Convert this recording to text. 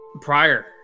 Prior